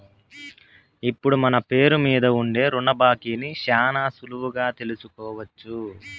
ఇప్పుడు మన పేరు మీద ఉండే రుణ బాకీని శానా సులువుగా తెలుసుకోవచ్చు